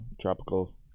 tropical